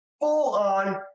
full-on